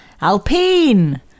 Alpine